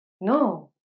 No